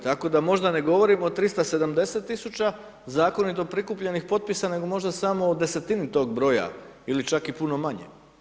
Tako da možda ne govorimo o 370.000 zakonito prikupljenih potpisa, nego možda samo o 10-ini tog broja, ili čak i puno manje.